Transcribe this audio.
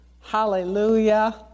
Hallelujah